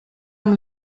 amb